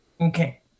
okay